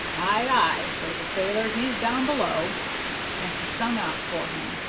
ay, ay says the sailor, he's down below and he sung out for him,